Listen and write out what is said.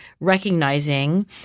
Recognizing